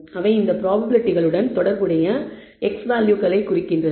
அவை இந்த ப்ராப்பபிலிட்டிகளுடன் தொடர்புடைய x வேல்யூகளைக் குறிக்கின்றன